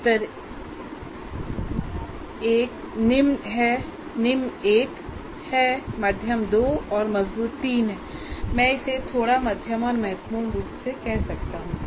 स्तर निम्न 1 है मध्यम २ मजबूत 3 है या मैं इसे थोड़ा मध्यम और महत्वपूर्ण रूप से कह सकता हूं